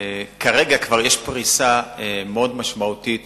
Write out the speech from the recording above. כרגע כבר יש פריסה משמעותית